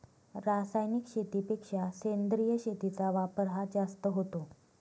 रासायनिक शेतीपेक्षा सेंद्रिय शेतीचा वापर हा जास्त होतो